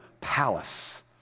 palace